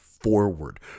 forward